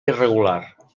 irregular